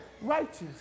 Righteous